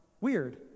weird